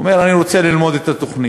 הוא אומר: אני רוצה ללמוד את התוכנית